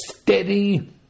steady